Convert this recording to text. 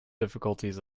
difficulties